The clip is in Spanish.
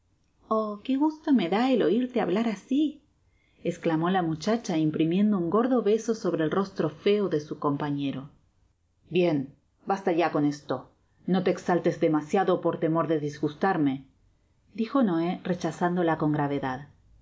que gusto me dá el oirte hablar asi esclamó la muchacha imprimiendo un gordo beso sobre el rostro feo de su compañero bien basta ya con esto no te exaltes demasiado por p mor de disgustarme dijo noé rechazándola con